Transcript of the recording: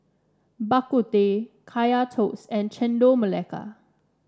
Bak Kut Teh Kaya Toast and Chendol Melaka